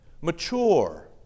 mature